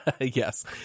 Yes